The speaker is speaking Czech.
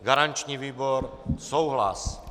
Garanční výbor souhlas.